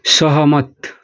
सहमत